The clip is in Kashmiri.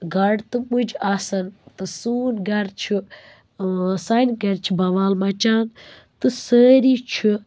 گاڈٕ تہٕ مُج آسان تہٕ سون گَرٕ چھُ سانہٕ گَرِ چھِ بَوال مَچان تہٕ سٲری چھِ